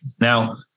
Now